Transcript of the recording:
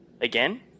again